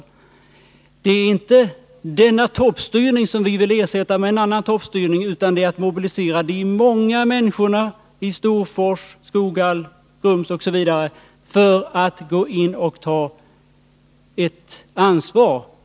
Vi vill inte ersätta den toppstyrningen med en annan toppstyrning, utan det gäller att mobilisera de många människorna i Storfors, Skoghall, Grums osv. för att gå in och ta ett ansvar.